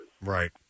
Right